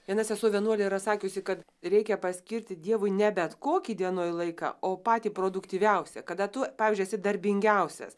viena sesuo vienuolė yra sakiusi kad reikia paskirti dievui ne bet kokį dienoj laiką o patį produktyviausią kada tu pavyzdžiui esi darbingiausias